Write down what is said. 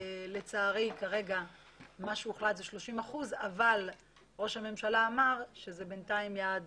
לצערי כרגע מה שהוחלט זה 30 אחוזים אבל ראש הממשלה אמר שזה בינתיים יעד